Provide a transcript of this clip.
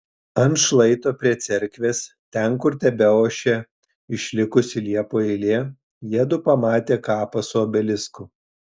ant šlaito prie cerkvės ten kur tebeošė išlikusi liepų eilė jiedu pamatė kapą su obelisku